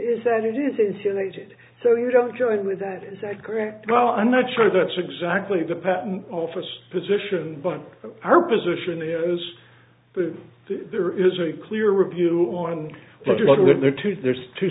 is that it is insulated so you don't join with that is that correct well i'm not sure that's exactly the patent office position but our position is there is a clear review on their two there's two